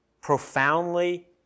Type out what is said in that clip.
profoundly